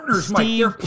Steve